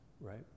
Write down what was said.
right